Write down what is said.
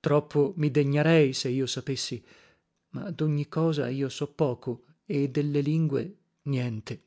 troppo mi degnarei se io sapessi ma dogni cosa io so poco e delle lingue niente